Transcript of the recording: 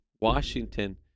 Washington